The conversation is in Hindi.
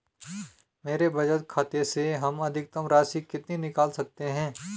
मेरे बचत खाते से हम अधिकतम राशि कितनी निकाल सकते हैं?